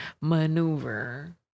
maneuver